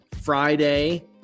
Friday